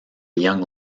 young